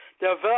Develop